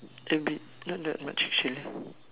tempre~ not that much chill